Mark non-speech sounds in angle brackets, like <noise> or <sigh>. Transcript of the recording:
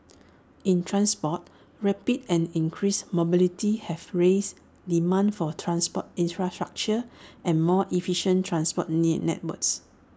in transport rapid and increased mobility have raised demand for transport infrastructure and more efficient transport <unintelligible> networks